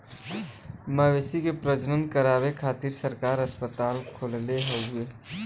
मवेशी के प्रजनन करावे खातिर सरकार अस्पताल खोलले हउवे